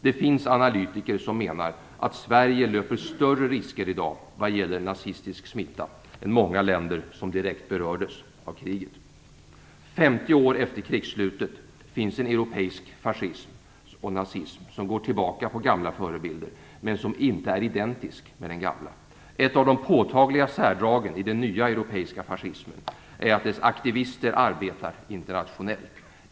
Det finns analytiker som menar att Sverige löper större risker i dag vad gäller nazistisk smitta än många länder som direkt berördes av kriget. 50 år efter krigsslutet finns en europeisk fascism och nazism som går tillbaka på gamla förebilder, men som inte är identisk med den gamla. Ett av de påtagliga särdragen i den nya europeiska fascismen är att dess aktivister arbetar internationellt.